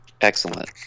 Excellent